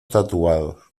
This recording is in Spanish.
tatuados